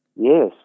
Yes